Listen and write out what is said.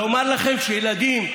לומר לכם שילדים,